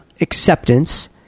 acceptance